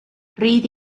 rhydd